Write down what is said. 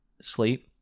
sleep